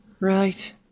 Right